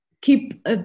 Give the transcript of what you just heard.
keep